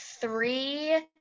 three